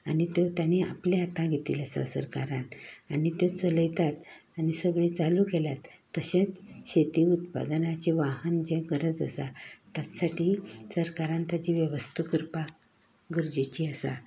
आनी त्यो तांणी आपल्या हाता घेतिल्ल्यो आसात सरकारान आनी त्यो चलयतात आनी सगल्यो चालू केल्यात तशेंच शेती उत्पादनाचें वाहन जें गरज आसा ताचे साठी सरकारान ताची वेवस्था करपाक गरजेची आसा